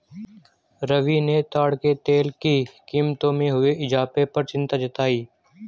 रवि ने ताड़ के तेल की कीमतों में हुए इजाफे पर चिंता जताई